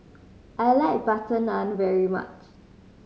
I like butter naan very much